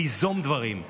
ליזום דברים.